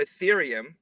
Ethereum